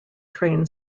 train